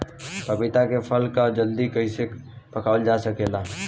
पपिता के फल को जल्दी कइसे पकावल जा सकेला?